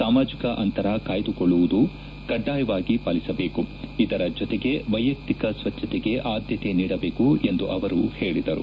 ಸಾಮಾಜಿಕ ಅಂತರ ಕಾಯ್ದುಕೊಳ್ಳುವುದನ್ನು ಕಡ್ಡಾಯವಾಗಿ ಪಾಲಿಸಬೇಕು ಇದರ ಜತೆಗೆ ವೈಯಕ್ತಿಕ ಸ್ವಚ್ಛತೆಗೆ ಆದ್ಯತೆ ನೀಡಬೇಕು ಎಂದು ಅವರು ಹೇಳದರು